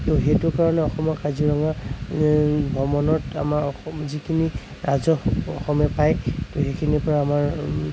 ত' সেইটো কাৰণে অসমৰ কাজিৰঙা ভ্ৰমণত আমাৰ অসম যিখিনি ৰাজহ অসমে পাই ত' সেইখিনিৰ পৰা আমাৰ